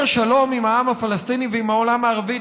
שלום עם העם הפלסטיני ועם העולם הערבי,